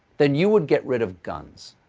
then you would get rid of guns.